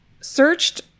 searched